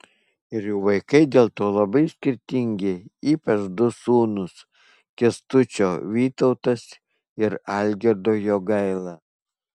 ir jų vaikai dėl to labai skirtingi ypač du sūnūs kęstučio vytautas ir algirdo jogaila